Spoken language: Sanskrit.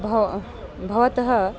भव भवतः